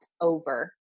over